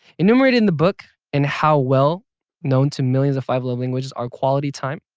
enumerated in the book, and how well known to millions of five love languages are quality time,